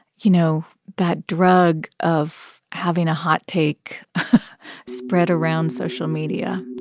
you know, that drug of having a hot take spread around social media